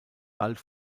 bald